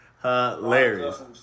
Hilarious